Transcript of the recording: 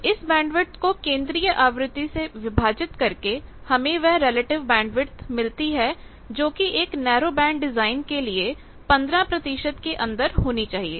तो इस बैंडविथ को केंद्रीय आवृत्ति से विभाजित करके हमें वह रिलेटिव बैंडविथ मिलती है जो कि एक नैरो बैंड डिजाइन के लिए 15 के अंदर होने चाहिए